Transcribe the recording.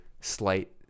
slight